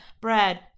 bread